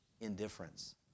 Indifference